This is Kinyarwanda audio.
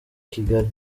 kigali